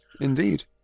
Indeed